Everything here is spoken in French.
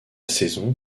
saison